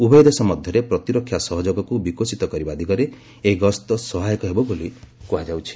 ଉଭୟ ଦେଶ ମଧ୍ୟରେ ପ୍ରତିରକ୍ଷା ସହଯୋଗକୁ ବିକଶିତ କରିବା ଦିଗରେ ଏହି ଗସ୍ତ ସହାୟକ ହେବ ବୋଲି କୁହାଯାଉଛି